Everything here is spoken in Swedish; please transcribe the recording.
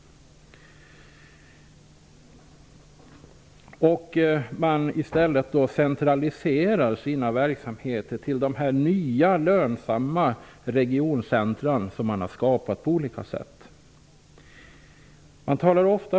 I stället centraliserar man sina verksamheter till de nya, lönsamma regioncentra som har skapats på olika sätt.